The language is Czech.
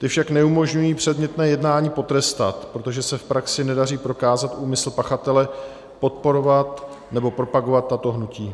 Ty však neumožňují předmětné jednání potrestat, protože se v praxi nedaří prokázat úmysl pachatele podporovat nebo propagovat tato hnutí.